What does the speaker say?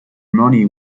money